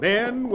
Men